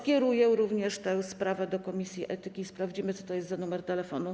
Skieruję również tę sprawę do komisji etyki i sprawdzimy, co to jest za numer telefonu.